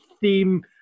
theme